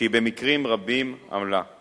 שהיא במקרים רבים עמלה.